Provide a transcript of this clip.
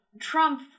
Trump